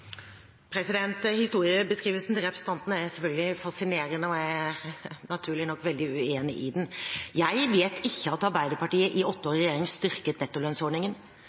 Historiebeskrivelsen til representanten er selvfølgelig fascinerende, og jeg er naturlig nok veldig uenig i den. Jeg vet ikke at Arbeiderpartiet i åtte år i regjering styrket nettolønnsordningen.